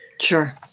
Sure